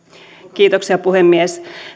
kiitoksia puhemies